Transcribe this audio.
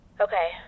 Okay